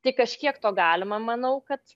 tik kažkiek to galima manau kad